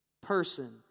person